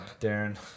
Darren